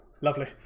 Lovely